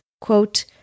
Quote